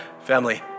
Family